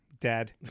Dad